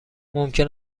ممکن